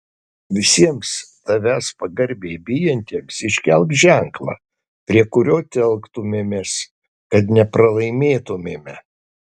visiems tavęs pagarbiai bijantiems iškelk ženklą prie kurio telktumėmės kad nepralaimėtumėme